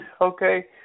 okay